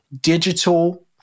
digital